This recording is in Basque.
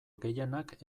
gehienak